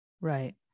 Right